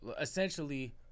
Essentially